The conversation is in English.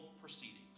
proceedings